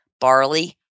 barley